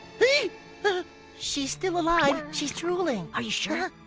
but she's still alive. she's drooling. are you sure?